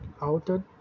outed